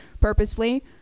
purposefully